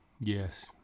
Yes